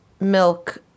milk